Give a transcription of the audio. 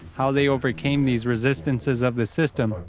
how they overcame these resistances of the system,